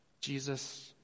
Jesus